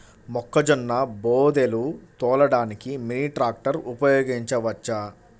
మొక్కజొన్న బోదెలు తోలడానికి మినీ ట్రాక్టర్ ఉపయోగించవచ్చా?